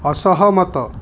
ଅସହମତ